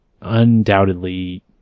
undoubtedly